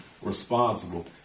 Responsible